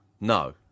No